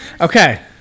Okay